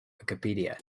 wikipedia